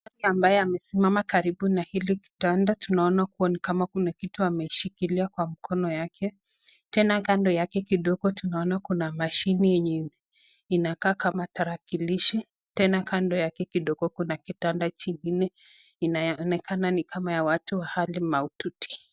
ambaye amesimama karibu na hili kitanda tunaona kua nimaka kuna kitu ameshikilia kwa mkono yake, tena kando yake kidogo tunaona mashine yenye inakaa kama tarakilishi, tena kando yake kidogo kuna kitanda kingine inaonekana kama ni ya watu hali maututi.